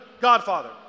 godfather